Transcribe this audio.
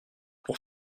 pour